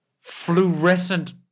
fluorescent